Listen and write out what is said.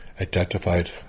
identified